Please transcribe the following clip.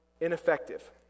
ineffective